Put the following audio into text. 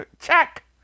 Check